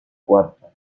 cuarto